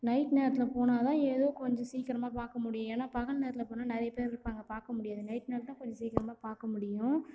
night நேரத்தில் போனால்தான் ஏதோ கொஞ்சம் சீக்கிரமா பார்க்க முடியும் ஏன்னா பகல் நேரத்தில் போனால் நிறைய பேர் இருப்பாங்கள் பார்க்க முடியாது நைட் நேரம் தான் கொஞ்சம் சீக்கிரமா பார்க்க முடியும்